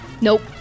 Nope